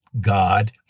God